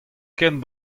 ken